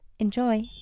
Enjoy